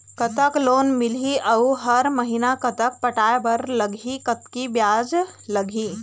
कतक लोन मिलही अऊ हर महीना कतक पटाए बर लगही, कतकी ब्याज लगही?